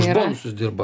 už bonusus dirba